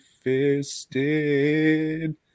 fisted